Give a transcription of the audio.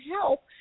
help